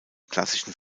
klassischen